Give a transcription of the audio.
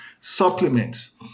Supplements